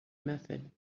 method